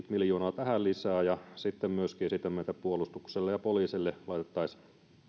miljoonaa tähän lisää ja sitten myöskin esitämme että puolustukselle ja poliisille laitettaisiin